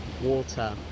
water